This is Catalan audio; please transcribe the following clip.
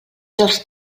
dels